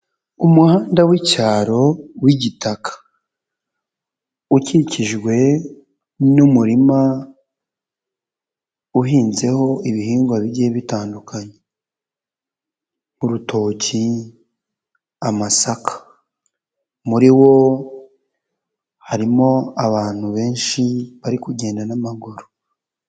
Umuhanda w'icyaro w'igitaka, ukikijwe n'umurima, uhinzeho ibihingwa bigiye bitandukanye, urutoki, amasaka, muri wo harimo abantu benshi, bari kugenda n'amaguru.